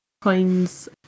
coins